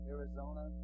Arizona